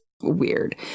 weird